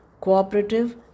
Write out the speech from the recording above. cooperative